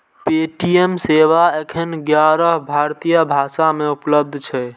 Paytm सेवा एखन ग्यारह भारतीय भाषा मे उपलब्ध छै